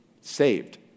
saved